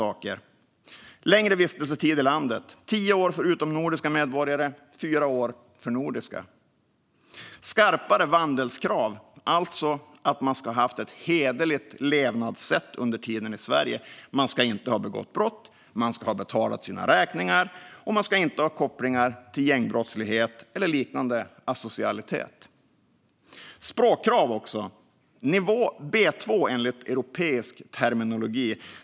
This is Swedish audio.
Man ska haft en längre vistelsetid i landet, tio år för utomnordiska medborgare och fyra år för nordiska. Man ska uppfylla skarpare vandelskrav, alltså att man ska ha haft ett hederligt levnadssätt under tiden i Sverige. Man ska inte ha begått brott, man ska ha betalat sina räkningar och man ska inte ha kopplingar till gängbrottslighet eller liknande asocialitet. Man ska också uppfylla språkkrav på nivå B2, enligt europeisk terminologi.